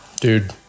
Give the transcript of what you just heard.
Dude